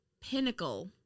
pinnacle